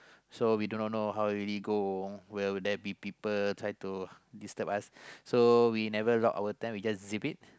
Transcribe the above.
so we do not know how really go well there'll be people try to disturb us so we never lock our tent we just zip it